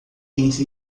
entre